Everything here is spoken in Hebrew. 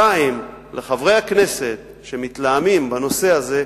2. לחברי הכנסת שמתלהמים בנושא הזה,